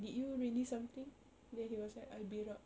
did you release something then he was like I berak